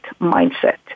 mindset